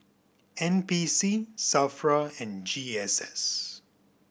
N P C S A F R A and G S S